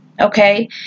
okay